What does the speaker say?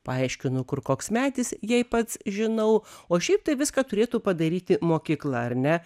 paaiškinu kur koks medis jei pats žinau o šiaip tai viską turėtų padaryti mokykla ar ne